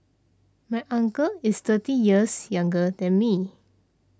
my uncle is thirty years younger than me